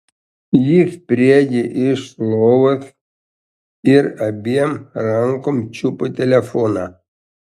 ji spriegė iš lovos ir abiem rankom čiupo telefoną